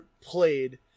played